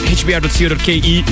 hbr.co.ke